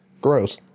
gross